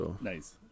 Nice